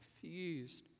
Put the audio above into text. confused